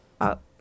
up